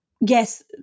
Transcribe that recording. Yes